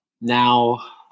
Now